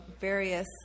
various